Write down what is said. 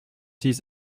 six